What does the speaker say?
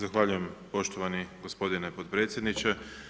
Zahvaljujem poštovani gospodine potpredsjedniče.